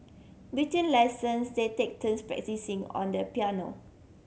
between lessons they take turns practising on the piano